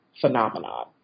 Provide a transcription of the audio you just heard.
phenomenon